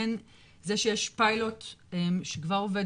אני כן אגיד - זה שיש פיילוט שכבר עובד,